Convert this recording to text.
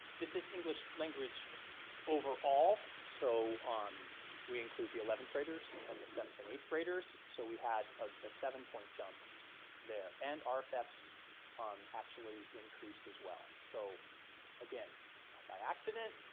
this is english language overall, so we include the eleventh graders, and the seventh and eighth graders. so we had a seven point jump there, and um rfeps um actually increased as well. so again, not by accident.